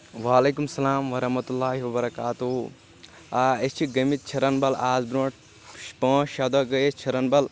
وعلیکم السلام ورحمۃ اللہ وبرکاتہُ آ أسۍ چھِ گٔمٕتۍ چھرنبل آز برونٛٹھ پانژھ شیٚے دۄہ گٔے أسۍ چھرنبل